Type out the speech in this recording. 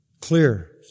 clear